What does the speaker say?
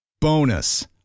Bonus